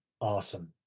Awesome